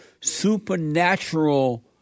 Supernatural